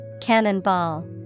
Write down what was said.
Cannonball